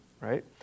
right